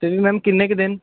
ਅਤੇ ਜੀ ਮੈਮ ਕਿੰਨੇ ਕੁ ਦਿਨ